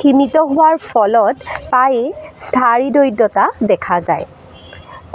সীমিত হোৱাৰ ফলত পায়ে স্থায়ী দৰিদ্ৰতা দেখা যায়